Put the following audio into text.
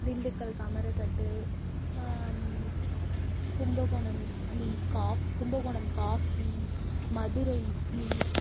திண்டுக்கல் கமருகட்டு Kumbakonam idli coffee Kumbakonam coffee Madurai idli